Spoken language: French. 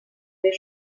les